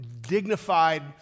dignified